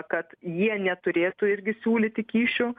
kad jie neturėtų irgi siūlyti kyšių